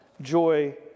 joy